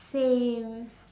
same